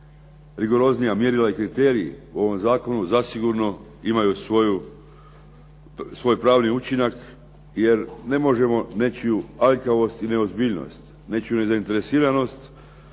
rigoroznija mjerila i kriteriji u ovom zakonu zasigurno imaju svoj pravni učinak jer ne možemo nečiju aljkavost i neozbiljnost, nečiju nezainteresiranost